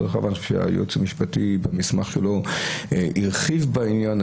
חבל שהייעוץ המשפטי, המסמך שלו הרחיב בעניין.